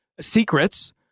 secrets